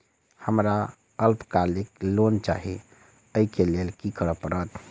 हमरा अल्पकालिक लोन चाहि अई केँ लेल की करऽ पड़त?